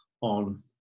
on